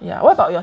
ya what about your